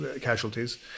casualties